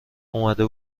اومده